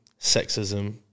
sexism